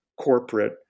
corporate